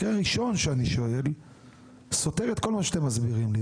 מקרה ראשון שאני שואל סותר את כל מה שאתם מסבירים לי.